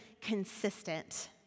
consistent